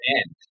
end